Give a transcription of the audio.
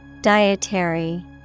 Dietary